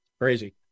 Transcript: Crazy